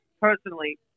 personally